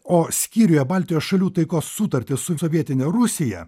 o skyriuje baltijos šalių taikos sutartys su sovietine rusija